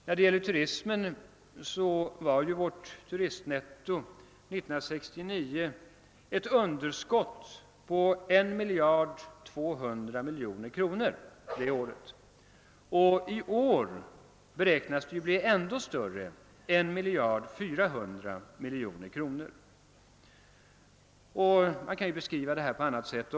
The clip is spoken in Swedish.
För 1969 uppvisar turistnettot ett underskott på 1200 miljoner kronor. I år beräknas det bli ännu större eller 1400 miljoner kronor. Man kan även beskriva detta på ett annat sätt.